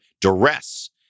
duress